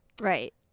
Right